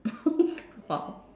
!wow!